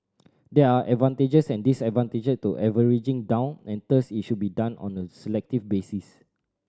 there are advantages and disadvantage to averaging down and thus it should be done on a selective basis